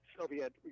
Soviet